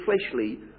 fleshly